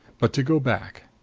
but to go back